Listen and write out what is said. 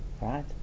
right